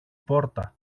πόρτα